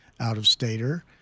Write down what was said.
out-of-stater